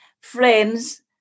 friends